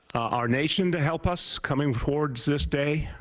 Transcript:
our nation to help us coming forward to this day.